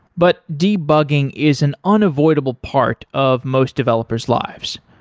but debugging is an unavoidable part of most developers' lives.